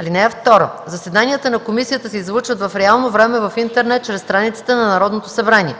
движения. (2) Заседанията на комисията се излъчват в реално време в интернет чрез страницата на Народното събрание.